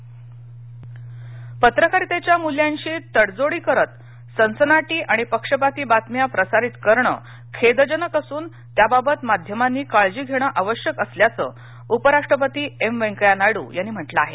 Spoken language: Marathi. पत्रकारिता पत्रकारितेच्या मूल्यांशी तडजोडी करत सनसनाटी आणि पक्षपाती बातम्या प्रसारित करण खेदजनक असून त्याबाबत माध्यमांनी काळजी घेण आवश्यक असल्याचं उपराष्ट्रपती एम व्यंकय्या नायड्र यांनी म्हटलं आहे